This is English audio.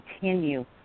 continue